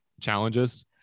challenges